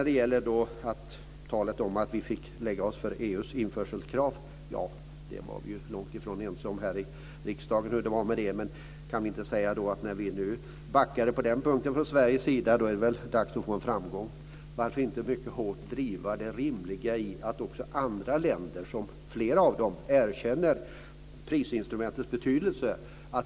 Det har här talats om att vi var tvungna att lägga oss för EU:s införselkrav. Vi var långt ifrån ense om hur det var med detta här i riksdagen. Men när vi från Sveriges sida backade på den punkten är det väl dags för en framgång för oss. Varför inte mycket hårt driva det rimliga i att driva prisinstrumentet? Flera andra länder erkänner dettas betydelse.